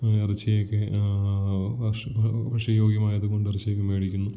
ഇച്ചി ഒക്കെ ഭക്ഷണ ഭക്ഷ്യയോഗ്യമായതുകൊണ്ട് ഇറച്ചി ഒക്കെ വേടിക്കുന്നു